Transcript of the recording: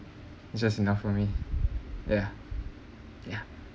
just enough for me yeah yeah